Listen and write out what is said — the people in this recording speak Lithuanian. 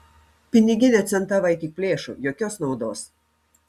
piniginę centavai tik plėšo jokios naudos